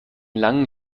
langen